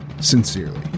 Sincerely